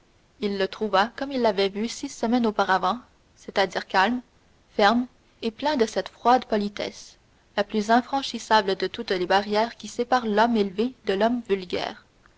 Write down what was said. il le trouva comme il l'avait vu six semaines auparavant c'est-à-dire calme ferme et plein de cette froide politesse la plus infranchissable de toutes les barrières qui séparent l'homme élevé de l'homme vulgaire